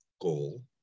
goal